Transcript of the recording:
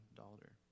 daughter